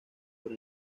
por